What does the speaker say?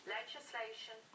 legislation